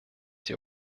die